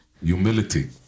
Humility